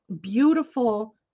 beautiful